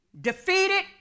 defeated